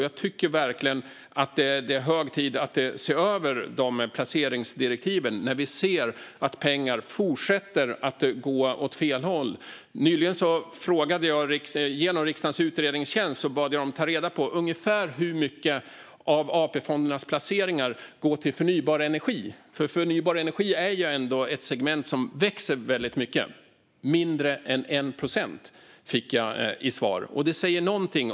Jag tycker verkligen att det är hög tid att se över de placeringsdirektiven när vi ser att pengar fortsätter att gå åt fel håll. Nyligen bad jag riksdagens utredningstjänst ta reda på ungefär hur mycket av AP-fondernas placeringar som går till förnybar energi. Förnybar energi är ändå ett segment som växer mycket. Mindre än 1 procent, fick jag till svar. Det säger någonting.